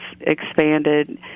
expanded